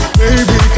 baby